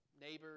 neighbors